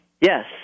Yes